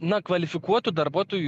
na kvalifikuotų darbuotojų